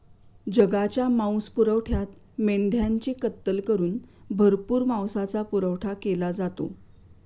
जगाच्या मांसपुरवठ्यात मेंढ्यांची कत्तल करून भरपूर मांसाचा पुरवठा केला जातो